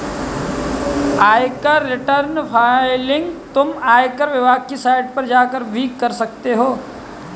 आयकर return filing तुम आयकर विभाग की साइट पर जाकर भी कर सकते हो